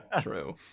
true